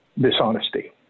dishonesty